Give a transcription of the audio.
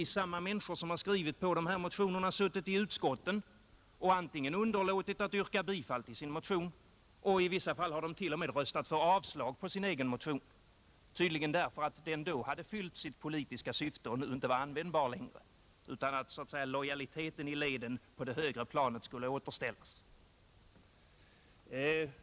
Samma människor som har skrivit under motionerna har sedan i utskotten underlåtit att yrka bifall till sina motioner eller i vissa fall t.o.m. röstat för avslag på sina egna motioner, tydligen därför att motionerna redan fyllt sitt politiska syfte och inte längre är användbara. På så sätt har lojaliteten i leden på det högre planet kunnat återställas.